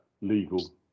legal